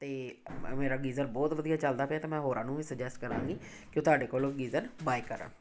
ਅਤੇ ਮੇਰਾ ਗੀਜ਼ਰ ਬਹੁਤ ਵਧੀਆ ਚੱਲਦਾ ਪਿਆ ਅਤੇ ਮੈਂ ਹੋਰਾਂ ਨੂੰ ਵੀ ਸੁਜੈਸ ਕਰਾਂਗੀ ਕਿ ਉਹ ਤੁਹਾਡੇ ਕੋਲੋਂ ਗੀਜ਼ਰ ਬਾਏ ਕਰਨ